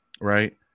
Right